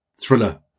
thriller